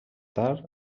tard